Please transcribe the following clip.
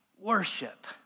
worship